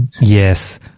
Yes